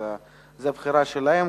זאת בחירה שלהם,